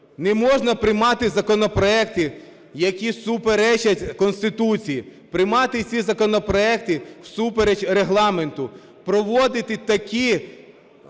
Не можна приймати законопроекти, які суперечать Конституції. Приймати ці законопроекти всупереч Регламенту. Проводити такі,